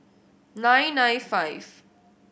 nine nine five